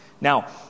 Now